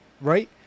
right